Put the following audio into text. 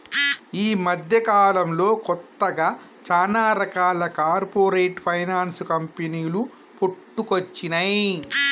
యీ మద్దెకాలంలో కొత్తగా చానా రకాల కార్పొరేట్ ఫైనాన్స్ కంపెనీలు పుట్టుకొచ్చినై